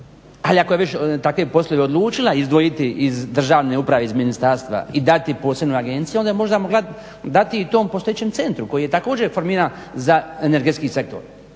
ali ako je već takve poslove odlučila izdvojiti iz državne uprave iz ministarstva i dati posebnoj agenciji onda je možda mogla dati i tom postojećem centru koji je također formiran za energetski centar